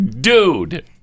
Dude